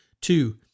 Two